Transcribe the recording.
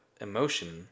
emotion